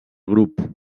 grup